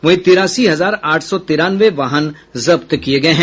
वहीं तिरासी हजार आठ सौ तिरानवे वाहन जब्त किये गये हैं